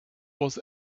was